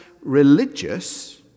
religious